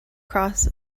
cross